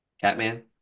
Catman